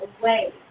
away